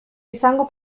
izango